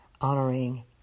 honoring